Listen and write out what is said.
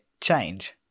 change